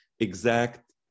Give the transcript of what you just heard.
Exact